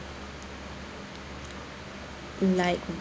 like